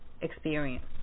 experience